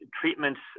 treatments